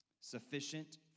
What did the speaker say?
Sufficient